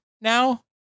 now